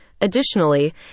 Additionally